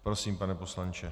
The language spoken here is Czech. Prosím, pane poslanče.